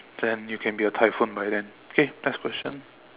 then you can be a typhoon by then okay next question